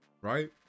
right